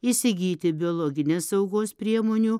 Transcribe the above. įsigyti biologinės saugos priemonių